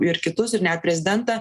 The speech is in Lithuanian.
ir kitus ir net prezidentą